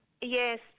yes